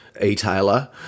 e-tailer